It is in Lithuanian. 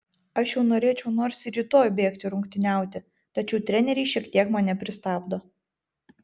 aš jau norėčiau nors ir rytoj bėgti rungtyniauti tačiau treneriai šiek tiek mane pristabdo